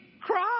cry